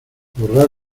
borrar